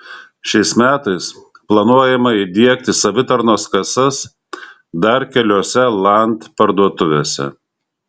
šiais metais planuojama įdiegti savitarnos kasas dar keliose land parduotuvėse